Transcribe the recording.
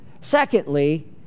Secondly